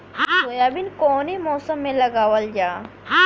Soybean कौने मौसम में लगावल जा?